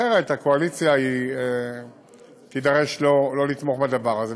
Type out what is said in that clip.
אחרת הקואליציה תידרש לא לתמוך בדבר הזה.